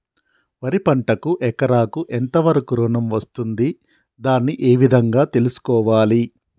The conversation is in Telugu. వరి పంటకు ఎకరాకు ఎంత వరకు ఋణం వస్తుంది దాన్ని ఏ విధంగా తెలుసుకోవాలి?